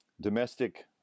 domestic